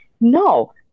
No